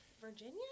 virginia